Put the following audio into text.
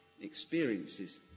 experiences